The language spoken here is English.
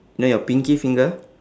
know your pinky finger